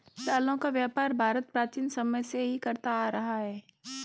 दालों का व्यापार भारत प्राचीन समय से ही करता आ रहा है